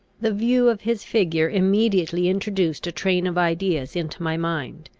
the view of his figure immediately introduced a train of ideas into my mind,